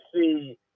see